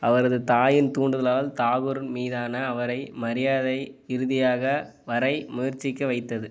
அவரது தாயின் தூண்டுதலால் தாகூர் மீதான அவரை மரியாதை இறுதியாக வரை முயற்சிக்க வைத்தது